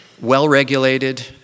well-regulated